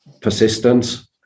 persistence